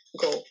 go